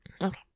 Okay